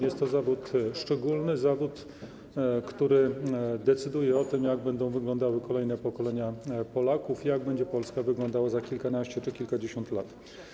Jest to zawód szczególny, zawód, który decyduje o tym, jak będą wyglądały kolejne pokolenia Polaków, jak będzie wyglądała Polska za kilkanaście czy kilkadziesiąt lat.